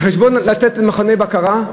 על חשבון לתת למכוני בקרה,